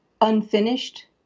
unfinished